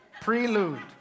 prelude